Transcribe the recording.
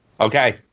Okay